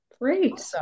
Great